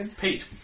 Pete